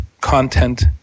content